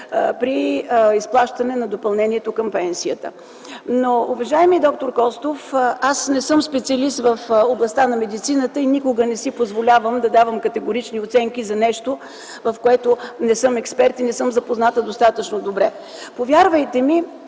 при изплащането на допълнението към пенсията. Уважаеми д-р Костов, аз не съм специалист в областта на медицината и никога не си позволявам да давам категорични оценки, за нещо, в което не съм експерт и не съм запозната достатъчно добре. Повярвайте ми,